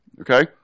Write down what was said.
Okay